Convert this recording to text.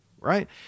right